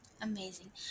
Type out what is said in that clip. Amazing